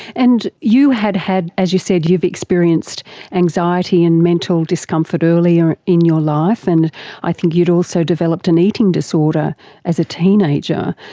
and you had had, as you said, you've experienced anxiety and mental discomfort earlier in your life, and i think you'd also developed an eating disorder as a teenager.